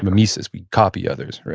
mimesis, we copy others.